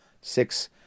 six